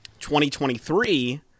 2023